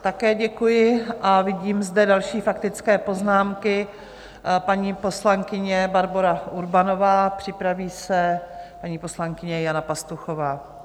Také děkuji a vidím zde další faktické poznámky: paní poslankyně Barbora Urbanová, připraví se paní poslankyně Jana Pastuchová.